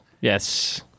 yes